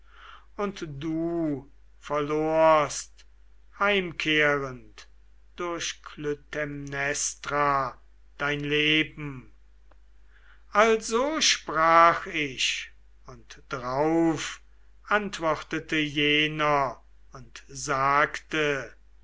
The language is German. und du verlorst heimkehrend durch klytaimnestra dein leben also sprach ich und darauf antwortete jener und sagte